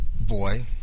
boy